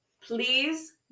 please